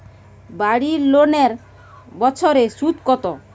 বাড়ি লোনের বছরে সুদ কত?